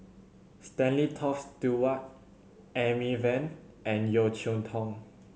Stanley Toft Stewart Amy Van and Yeo Cheow Tong